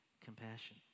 compassion